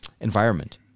environment